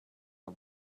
her